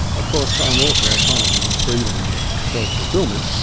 of course i'm all for autonomy and freedom and self-fulfilment,